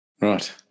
right